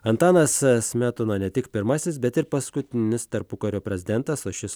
antanas smetona ne tik pirmasis bet ir paskutinis tarpukario prezidentas o šis